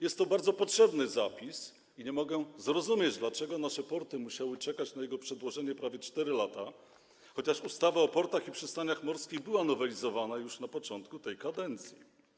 Jest to bardzo potrzebny zapis i nie mogę zrozumieć, dlaczego nasze porty musiały czekać na jego przedłożenie prawie 4 lata, chociaż ustawa o portach i przystaniach morskich był nowelizowana już na początku tej kadencji.